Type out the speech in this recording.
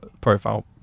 profile